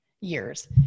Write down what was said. years